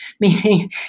Meaning